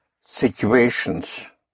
situations